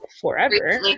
forever